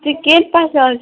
ଟିକେଟ୍ଟା ସରି